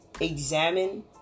examine